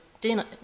dinner